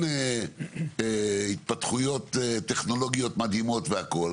התפתחויות טכנולוגיות מדהימות והכל.